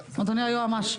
אדוני היועץ המשפטי.